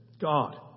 God